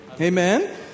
Amen